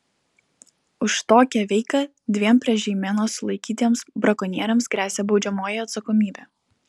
už tokią veiką dviem prie žeimenos sulaikytiems brakonieriams gresia baudžiamoji atsakomybė